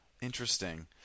Interesting